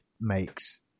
makes